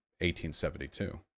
1872